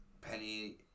Penny